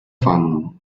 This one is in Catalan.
fam